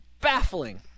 baffling